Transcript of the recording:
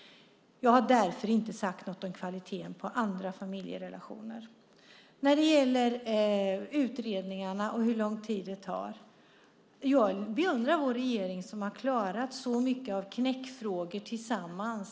Jag har däremot inte sagt något om kvaliteten i andra familjerelationer. När det gäller utredningarna och hur lång tid de tar beundrar jag vår regering som tillsammans har klarat så mycket av knäckfrågor.